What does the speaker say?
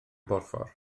borffor